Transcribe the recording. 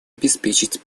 обеспечить